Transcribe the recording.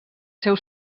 seus